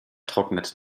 trocknet